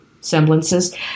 semblances